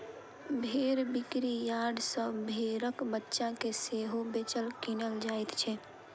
भेंड़ बिक्री यार्ड सॅ भेंड़क बच्चा के सेहो बेचल, किनल जाइत छै